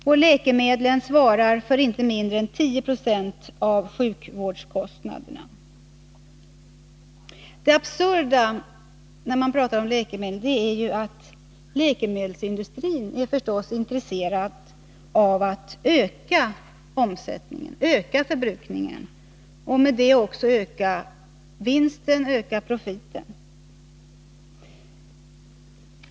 Och läkemedlen svarar för inte mindre än 10 96 av sjukvårdskostnaderna. Det absurda när man talar om läkemedel är att läkemedelsindustrin förstås är intresserad av att öka omsättningen och därmed profiten.